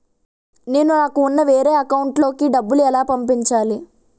నేను నాకు ఉన్న వేరే అకౌంట్ లో కి డబ్బులు ఎలా పంపించాలి?